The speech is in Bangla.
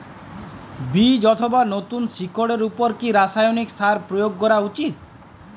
বীজ অথবা নতুন শিকড় এর উপর কি রাসায়ানিক সার প্রয়োগ করা উচিৎ?